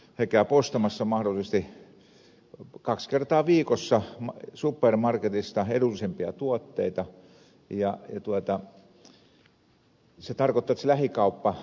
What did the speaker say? he käyvät ostamassa mahdollisesti kaksi kertaa viikossa supermarketista edullisempia tuotteita ja se tarkoittaa että se lähikauppa menettää siinä tapauksessa